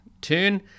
turn